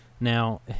now